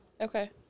Okay